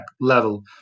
level